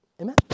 amen